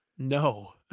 no